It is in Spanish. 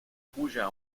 cuya